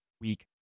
week